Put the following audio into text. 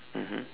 mmhmm